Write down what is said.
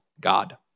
God